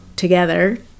together